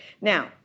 Now